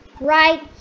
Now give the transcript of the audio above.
Right